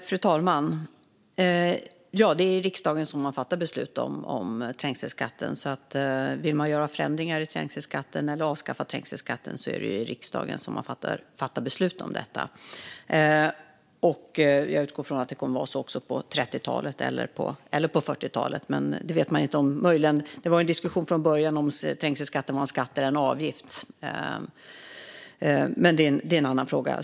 Fru talman! Ja, det är riksdagen som har fattat beslut om trängselskatten. Vill man göra förändringar i trängselskatten eller avskaffa trängselskatten är det riksdagen som fattar beslut om detta. Jag utgår från att det kommer att vara så också på 30-talet eller på 40-talet. Det var en diskussion från början om trängselskatten var en skatt eller avgift, men det är en annan fråga.